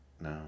No